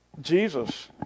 Jesus